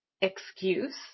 excuse